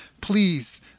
please